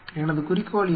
எனது குறிக்கோள் என்ன